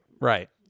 Right